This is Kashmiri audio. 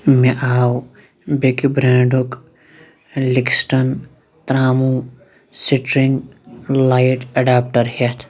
مےٚ آو بیٚکہِ برٛینٛڈُک لِکِسٹَن ترٛاموٗ سٕٹرِنٛگ لایٹ اٮ۪ڈاپٹَر ہٮ۪تھ